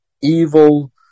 evil